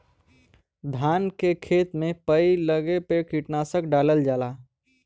धान के खेत में पई लगले पे कीटनाशक डालल जाला